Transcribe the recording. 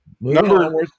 Number